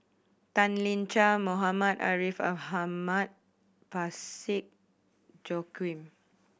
Tan Lian Chye Muhammad Ariff Ahmad Parsick Joaquim